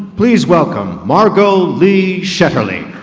please welcome margot lee shetterly.